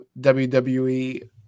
WWE